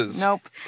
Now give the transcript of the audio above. Nope